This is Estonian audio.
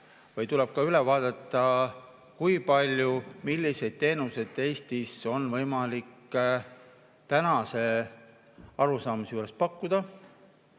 või tuleb üle vaadata, kui palju ja milliseid teenuseid on Eestis võimalik tänase arusaamise juures pakkuda?